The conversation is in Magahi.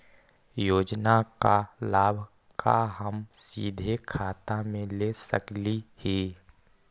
योजना का लाभ का हम सीधे खाता में ले सकली ही?